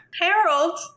Harold